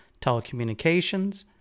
telecommunications